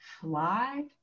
fly